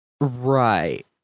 Right